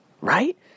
Right